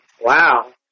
Wow